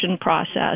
process